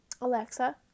Alexa